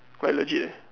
quite legit